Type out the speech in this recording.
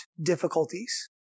difficulties